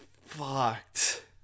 fucked